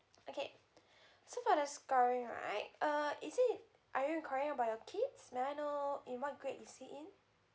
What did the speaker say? okay so for the scoring right uh is it are you enquiring about your kids may I know in what grade is he in